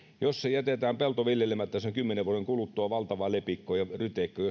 jos se pelto jätetään viljelemättä se on kymmenen vuoden kuluttua valtava lepikko ja ryteikkö